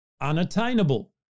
unattainable